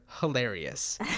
hilarious